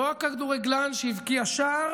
לא הכדורגלן שהבקיע שער